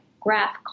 graph